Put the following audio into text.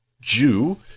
Jew